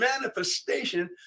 manifestation